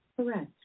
Correct